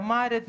אמהרית,